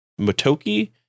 Motoki